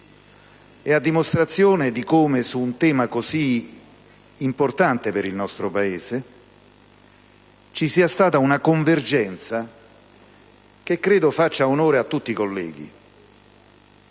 e a dimostrazione del fatto che su un tema così importante per il nostro Paese è stata possibile una convergenza che credo faccia onore a tutti i colleghi.